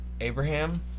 Abraham